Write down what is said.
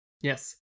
yes